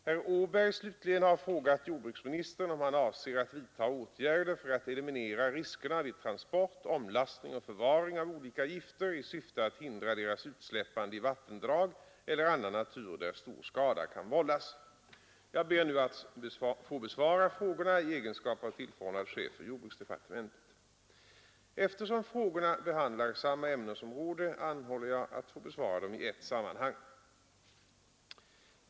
Herr Åberg har frågat jordbruksministern, om han avser att vidta åtgärder för att eliminera riskerna vid transport, omlastning och förvaring av olika gifter i syfte att hindra deras utsläppande i vattendrag eller annan natur där stor skada kan vållas. Jag ber nu att få besvara frågorna i egenskap av tf. chef för jordbruksdepartementet. Eftersom frågorna behandlar samma ämnesområde, anhåller jag att få besvara dem i ett sammanhang.